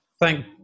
Thank